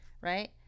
right